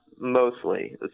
mostly